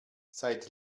seid